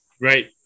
Right